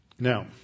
Now